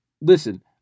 listen